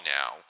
now